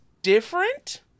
Different